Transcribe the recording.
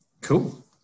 Cool